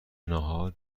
ناهار